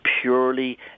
purely